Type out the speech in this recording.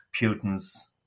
putin's